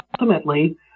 ultimately